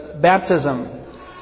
baptism